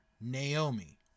Naomi